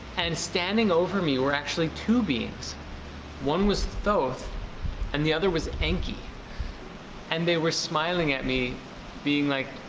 and standing over me were actually two beings one was thought and the other was inky and they were smiling at me being like